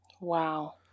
Wow